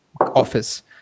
office